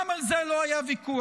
גם על זה לא היה ויכוח,